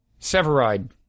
Severide